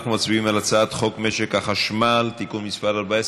אנחנו מצביעים על הצעת חוק משק החשמל (תיקון מס' 14,